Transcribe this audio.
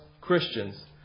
Christians